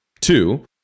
Two